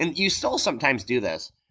and you still sometimes do this,